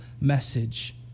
message